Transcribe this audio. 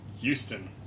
Houston